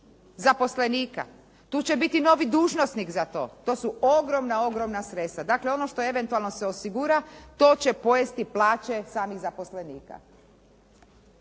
zaposlenika. Tu će biti novi dužnosnik za to. To su ogromna, ogromna sredstva. Dakle, ono što eventualno se osigura, to će pojesti plaće samih zaposlenika.